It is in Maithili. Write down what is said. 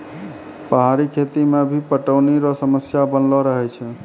पहाड़ी खेती मे पटौनी रो समस्या बनलो रहै छै